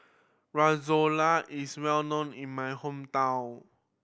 is well known in my hometown